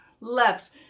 left